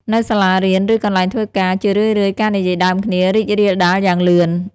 នៅសាលារៀន ឬកន្លែងធ្វើការ ជារឿយៗ ការនិយាយដើមគ្នារីករាលដាលយ៉ាងលឿន។